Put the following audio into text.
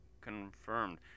confirmed